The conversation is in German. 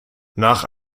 nach